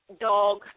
dog